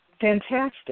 fantastic